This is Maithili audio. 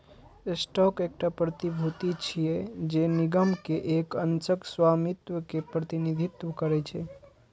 स्टॉक एकटा प्रतिभूति छियै, जे निगम के एक अंशक स्वामित्व के प्रतिनिधित्व करै छै